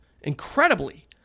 Incredibly